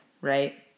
right